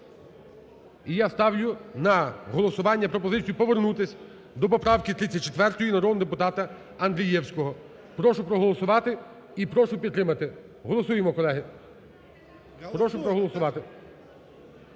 І я ставлю на голосування пропозицію повернутися до поправки 34 народного депутата Андрієвського. Прошу проголосувати і прошу підтримати. Голосуємо, колеги, прошу проголосувати,